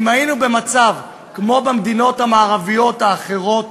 אם היינו במצב כמו במדינות המערביות האחרות,